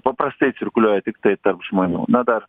paprastai cirkuliuoja tiktai tarp žmonių na dar